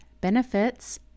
benefits